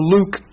Luke